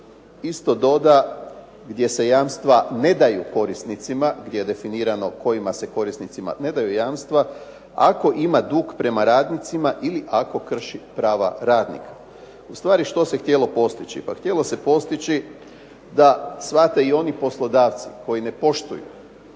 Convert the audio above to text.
isto doda gdje se jamstva ne daju korisnicima, gdje je definirano kojim se korisnicima ne daju jamstva, ako ima dug prema radnicima, ili ako krši prava radnika. Ustvari što se htjelo postići? Pa htjelo se postići da shvate i oni poslodavci koji ne poštuju